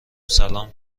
سلام